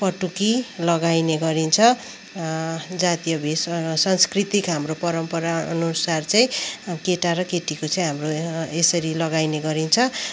पटुकी लगाइने गरिन्छ जातीय भेष सांस्कृतिक हाम्रो परम्परा अनुसार चाहिँ केटा र केटीको चाहिँ हाम्रो यसरी लगाइने गरिन्छ